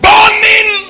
Burning